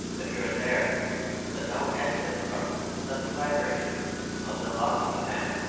but here and there the note has been struck with the sudden vibration of the vox humana.